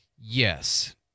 Yes